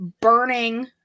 burning